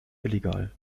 illegal